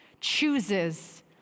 chooses